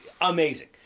Amazing